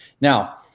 Now